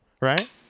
right